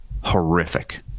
horrific